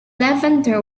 levanter